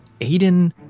Aiden